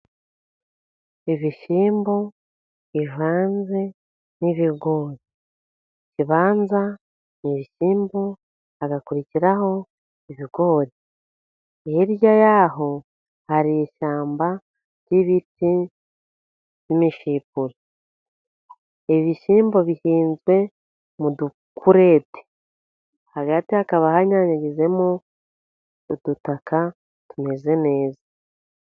Ibishyimbo bivanze n'ibigori, ibibanza ni ibishyimbo, hagakurikiraho ibigori, hirya y'aho hari ishyamba ry'ibiti bya sipure. Ibishyimbo bihinzwe mu dukurete, hagati hakaba hanyanyagijemo udutaka tumeze neza.